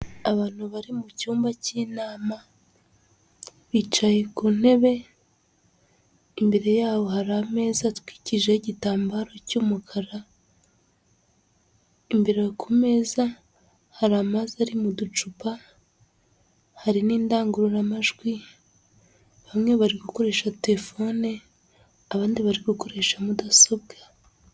Abantu bari mu cyumba cy'inama bicaye ku ntebe, imbere yabo hari ameza atwikirijeho igitambaro cy'umukara, imbere ku meza hari amazi ari mu ducupa, hari n'indangururamajwi, bamwe bari gukoresha telefone abandi bari kugurisha mudasobwa.